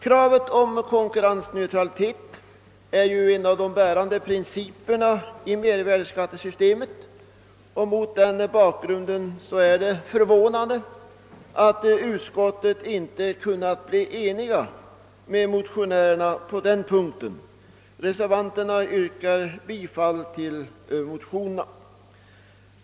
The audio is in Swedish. Kravet på konkurrensneutralitet är ju en av de bärande principerna i mervärdeskattesystemet, och mot den bakgrunden är det förvånande att utskottet inte har kunnat bli enigt med motionärerna på den punkten. Reservanterna yrkar bifall till motionerna.